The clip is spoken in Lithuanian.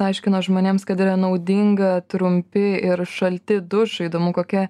aiškino žmonėms kad yra naudinga trumpi ir šalti dušai įdomu kokia